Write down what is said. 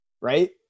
Right